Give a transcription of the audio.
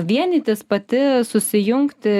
vienytis pati susijungti